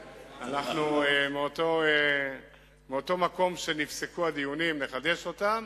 מאותו מקום שנפסקו הדיונים, נחדש אותם,